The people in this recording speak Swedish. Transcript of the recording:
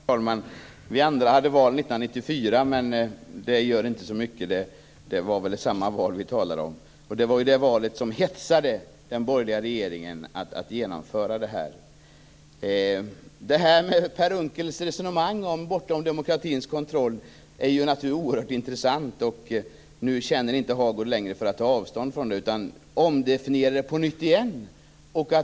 Herr talman! Vi andra hade val 1994, men det gör inte så mycket. Det är väl samma val vi talar om. Det var det valet som hetsade den borgerliga regeringen att genomföra det här. Per Unckels resonemang om bortom demokratins kontroll är naturligtvis oerhört intressant. Nu känner Hagård inte längre för att ta avstånd från det utan omdefinierar det på nytt.